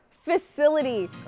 facility